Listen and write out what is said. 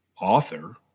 author